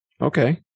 Okay